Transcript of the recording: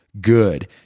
good